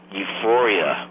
euphoria